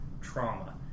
trauma